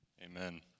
Amen